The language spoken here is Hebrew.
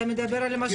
אתה מדבר על משקיף.